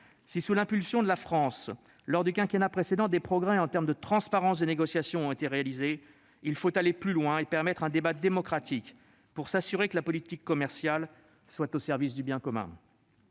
Si, sous l'impulsion de la France, lors du quinquennat précédent, des progrès ont été réalisés sur la transparence des négociations, il faut aller plus loin et permettre un débat démocratique pour s'assurer que la politique commerciale est au service du bien commun.